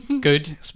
good